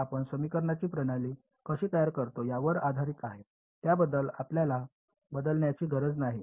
तर आपण समीकरणाची प्रणाली कशी तयार करतो यावर आधारित आहे त्याबद्दल आपल्याला बदलण्याची गरज नाही